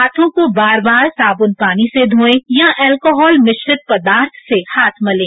हांथों को बार बार साबुन पानी से धोए या अल्कोहल मिश्रित पदार्थ से हाथ मलें